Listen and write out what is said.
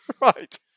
Right